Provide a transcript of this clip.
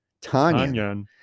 Tanya